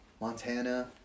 Montana